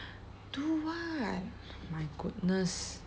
do what my goodness